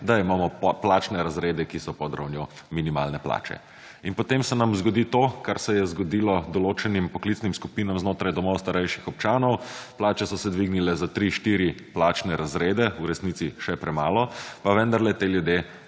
da imamo plačne razrede, ki so pod ravnjo minimalne plače. Potem se nam zgodi to, kar se je zgodilo določenim poklicnim skupinam znotraj DSO plače so se dvignile za 3, 4 plačne razrede – v resnici še premalo – pa vendarle te ljudi